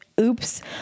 Oops